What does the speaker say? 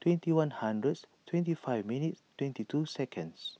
twenty one hundreds twenty five minutes twenty two seconds